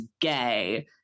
gay